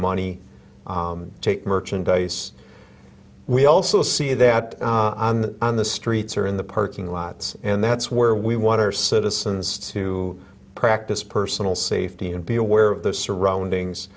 money take merchandise we also see that on the streets or in the parking lots and that's where we want our citizens to practice personal safety and be aware of their surroundings